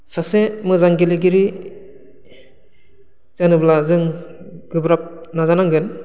सासे मोजां गेलेगिरि जानोब्ला जों गोब्राब नाजानांगोन